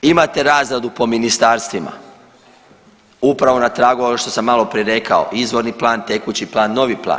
Imate razradu po ministarstvima, upravo na tragu onoga što sam maloprije rekao izvorni plan, tekući plan, novi plan.